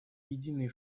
единый